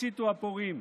הציתו הפורעים.